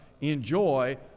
enjoy